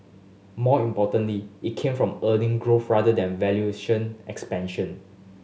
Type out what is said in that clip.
more importantly it came from earning growth rather than valuation expansion